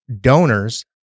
donors